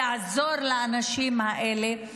יעזור לאנשים האלה.